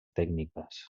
tècniques